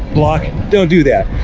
block. don't do that.